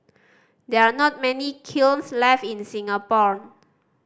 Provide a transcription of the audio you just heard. there are not many kilns left in Singapore